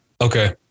Okay